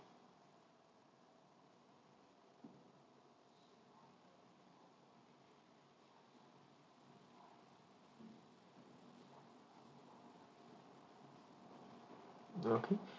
do not click